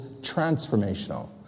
transformational